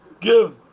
give